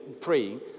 praying